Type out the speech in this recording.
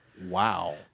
Wow